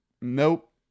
Nope